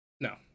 No